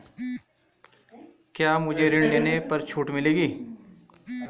क्या मुझे ऋण लेने पर छूट मिलेगी?